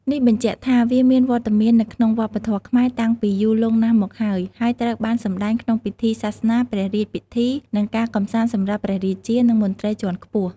នេះបញ្ជាក់ថា វាមានវត្តមាននៅក្នុងវប្បធម៌ខ្មែរតាំងពីយូរលង់ណាស់មកហើយ ហើយត្រូវបានសម្តែងក្នុងពិធីសាសនា ព្រះរាជពិធី និងការកម្សាន្តសម្រាប់ព្រះរាជា និងមន្ត្រីជាន់ខ្ពស់។